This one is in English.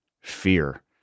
fear